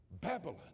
Babylon